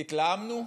התלהמנו?